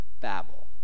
Babel